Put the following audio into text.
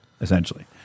essentially